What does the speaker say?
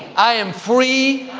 i am free.